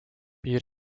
piir